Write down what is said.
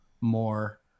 more